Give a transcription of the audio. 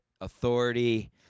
authority